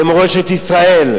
במורשת ישראל,